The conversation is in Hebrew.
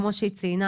כמו שרות ציינה,